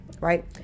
right